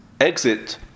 exit